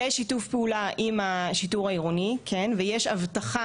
יש שיתוף פעולה עם השיטור העירוני ויש אבטחה